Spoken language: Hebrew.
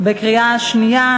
בקריאה שנייה